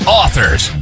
authors